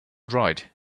dried